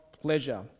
pleasure